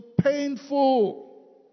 painful